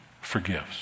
forgives